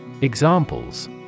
Examples